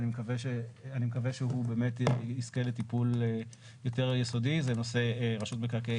אני מקווה שהוא באמת יזכה לטיפול יותר יסודי זה נושא רשות מקרקעי